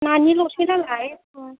नानिल'सो नालाय